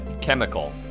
chemical